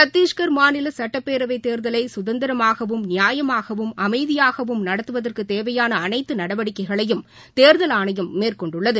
சத்தீஷ்கர் மாநில சட்டப்பேரவை தேர்தலை சுதந்திரமாகவும் நியாயமாகவும் அமைதியாகவும் நடத்துவதற்கு தேவையான அனைத்து நடவடிக்கைகளையும் தேர்தல் ஆணையம் மேற்கொண்டுள்ளது